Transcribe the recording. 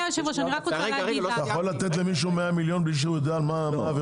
אתה יכול להטיל על מישהו 100 מיליון בלי שהוא יודע מה העבירות?